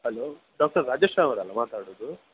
hello doctor Rajesh ಅವರಲ್ವಾ ಮಾತಾಡುವುದು